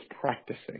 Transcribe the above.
practicing